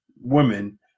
women